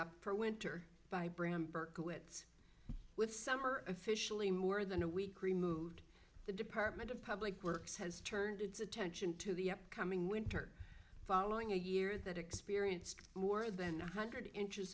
berkowitz with summer officially more than a week removed the department of public works has turned its attention to the upcoming winter following a year that experienced more than one hundred inches